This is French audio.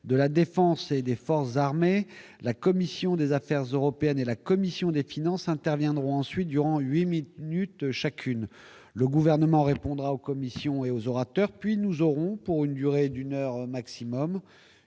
de la Défense et des forces armées, la commission des affaires européennes et la commission des finances, interviendront ensuite durant 8000 minutes chacune le gouvernement répondra aux commissions et aux orateurs, puis nous aurons pour une durée d'une heure maximum